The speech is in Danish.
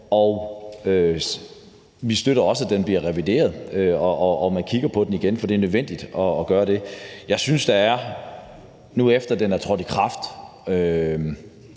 og vi støtter også, at den bliver revideret, og at man kigger på den igen. For det er nødvendigt at gøre det. Nu, efter den er trådt i kraft,